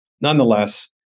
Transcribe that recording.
nonetheless